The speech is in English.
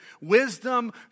Wisdom